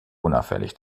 unauffällig